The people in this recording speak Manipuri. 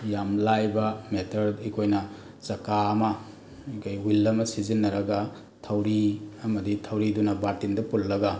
ꯌꯥꯝ ꯂꯥꯏꯕ ꯃꯦꯇꯔ ꯑꯩꯈꯣꯏꯅ ꯆꯀꯥ ꯑꯃ ꯀꯩ ꯋꯤꯜ ꯑꯃ ꯁꯤꯖꯟꯅꯔꯒ ꯊꯧꯔꯤ ꯑꯃꯗꯤ ꯊꯧꯔꯤꯗꯨꯅ ꯕꯥꯔꯇꯤꯟꯗ ꯄꯨꯜꯂꯒ